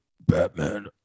batman